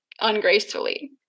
ungracefully